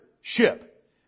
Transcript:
ship